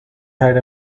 had